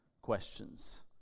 questions